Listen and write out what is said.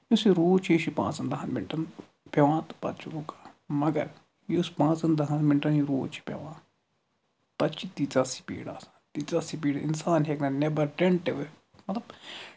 یُس یہِ روٗد چھُ یہِ چھِ پانٛژَن دَہَن مِنٹَن پٮ۪وان تہٕ پَتہٕ چھِ رُکان مگر یُس پانژَن دَہَن مِنٹَن یہِ روٗد چھِ پٮ۪وان تَتہِ چھِ تیٖژاہ سپیٖڈ آسان تیٖژاہ سپیٖڈ اِنسان ہیٚکہِ نہٕ نیٚبَر مطلب